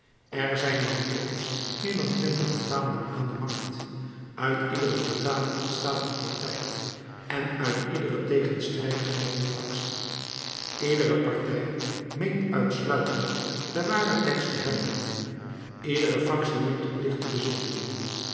er zijn dan reeds meer dan twintig vertalingen aan de markt uit iedere vertaling ontstaat een partij en uit iedere tegenstrijdigheid een factie iedere partij meent uitsluitend den waren tekst te hebben iedere factie meent het licht te bezitten